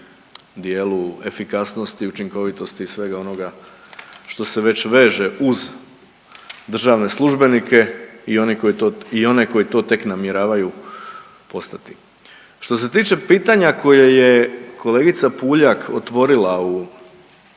dijelu efikasnosti, učinkovitosti i svega onoga što se već veže uz državne službenike i one koji to tek namjeravaju postati. Što se tiče pitanja koje je kolegica PUljak otvorila u